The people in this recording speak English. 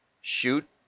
shoot